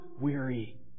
weary